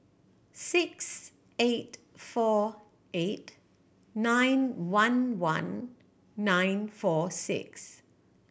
six eight four eight nine one one nine four six